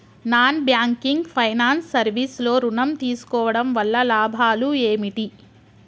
Non banking finance service లో ఋణం తీసుకోవడం వల్ల లాభాలు ఏమిటి?